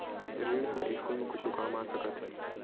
ऋण ह स्कूल मा कुछु काम आ सकत हे?